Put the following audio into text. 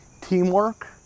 teamwork